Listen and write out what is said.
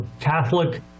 Catholic